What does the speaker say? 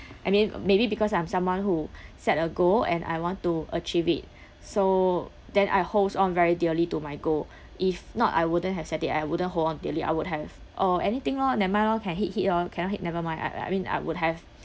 I mean maybe because I'm someone who set a goal and I want to achieve it so then I hold on very dearly to my goal if not I wouldn't hesitate I wouldn't hold on dearly I would have oh anything lor never mind lor can hit hit lor cannot hit never mind I I mean I would have